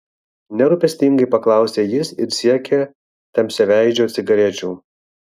nerūpestingai paklausė jis ir siekė tamsiaveidžio cigarečių